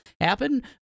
happen